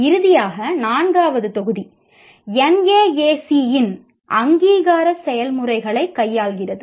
இறுதியாக நான்காவது தொகுதி NAAC இன் அங்கீகார செயல்முறைகளைக் கையாள்கிறது